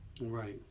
Right